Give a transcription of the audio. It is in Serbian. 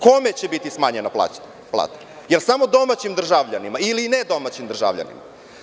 Kome će biti smanjena plata, da li samo domaćim državljanima ili i nedomaćim državljanima?